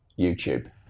YouTube